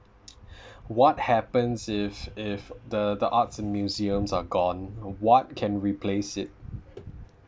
what happens if if the the arts in museums are gone what can replace it